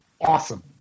awesome